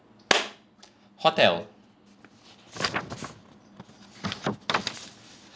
hotel